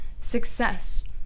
success